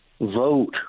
vote